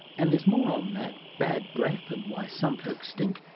and there's more on that, bad breath and why some folks stink,